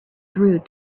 through